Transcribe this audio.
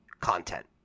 content